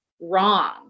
wrong